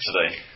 today